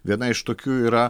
viena iš tokių yra